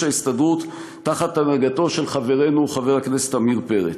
ההסתדרות תחת הנהגתו של חברנו חבר הכנסת עמיר פרץ.